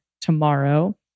tomorrow